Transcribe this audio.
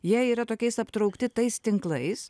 jie yra tokiais aptraukti tais tinklais